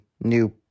new